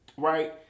Right